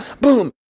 boom